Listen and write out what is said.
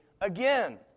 again